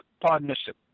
partnership